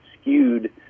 skewed